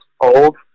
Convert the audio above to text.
old